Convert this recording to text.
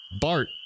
Bart